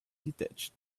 detached